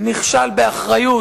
נכשל באחריות.